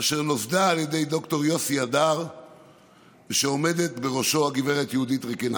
אשר נוסד על ידי ד"ר יוסי הדר ושעומדת בראשו הגב' יהודית רקנטי.